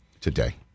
today